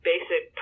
Basic